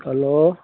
hello